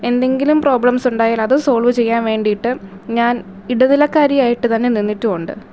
എന്തെങ്കിലും പ്രോബ്ലെംസ്സുണ്ടായാൽ അത് സോൾവ് ചെയ്യാൻ വേണ്ടിയിട്ട് ഞാൻ ഇടനിലക്കാരി ആയിട്ട് തന്നെ നിന്നിട്ടുണ്ട്